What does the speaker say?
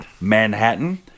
manhattan